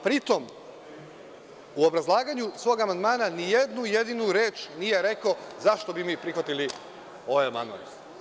Pri tom, u obrazlaganju svog amandman ni jednu jedinu reč nije rekao zašto bi mi prihvatili ovaj amandman.